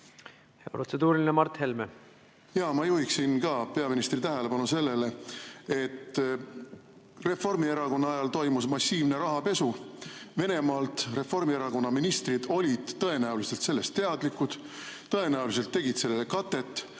Jaa, ma juhiksin ka peaministri tähelepanu sellele, et Reformierakonna ajal toimus massiivne rahapesu Venemaalt. Reformierakonna ministrid olid tõenäoliselt sellest teadlikud, tõenäoliselt tegid sellele katet.